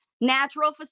natural